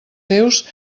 seus